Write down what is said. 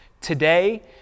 Today